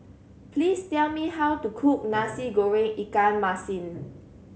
please tell me how to cook Nasi Goreng ikan masin